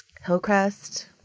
Hillcrest